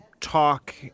talk